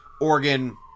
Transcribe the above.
Oregon